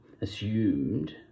assumed